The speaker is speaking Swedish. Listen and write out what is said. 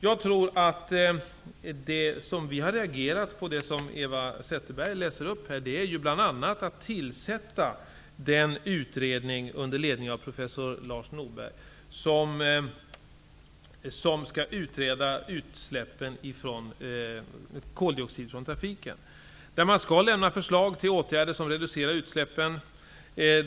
Vi har bl.a. reagerat på det som Eva Zetterberg läser upp genom att tillsätta en utredning under ledning av professor Lars Nordström. Den skall utreda koldioxidsutsläppen från trafiken och lämna förslag till åtgärder som reducerar utsläppen.